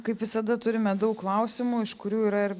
kaip visada turime daug klausimų iš kurių yra ir